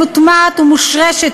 מוטמעת ומושרשת,